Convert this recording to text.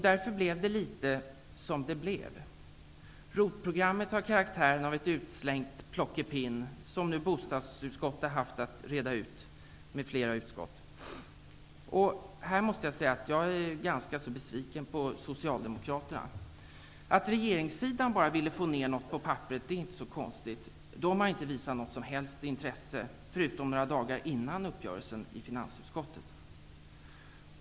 Därför blev det som det blev. ROT-programmet har karaktären av ett utslängt plockepinn, som nu bostadsutskottet m.fl. utskott haft att reda ut. Här måste jag säga att jag är ganska besviken på Socialdemokraterna. Att regeringssidan bara ville få ner något på papperet är inte så konstigt. De har inte visat något som helst intresse, förutom några dagar före uppgörelsen i finansutskottet.